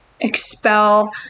expel